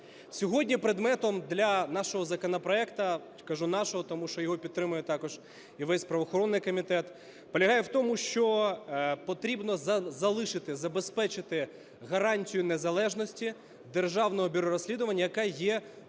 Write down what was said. Сьогодні предметом для нашого законопроекту, – кажу нашого, тому що його підтримує також і весь правоохоронний комітет, – полягає в тому, що потрібно залишити, забезпечити гарантію незалежності Державного бюро розслідувань, яка є в розмірі